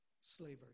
slavery